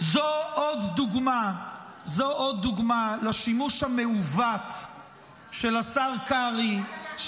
זו עוד דוגמה לשימוש המעוות של השר קרעי,